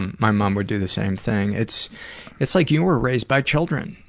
my mom would do the same thing. it's it's like you were raised by children.